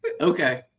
Okay